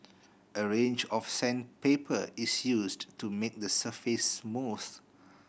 a range of sandpaper is used to make the surface smooth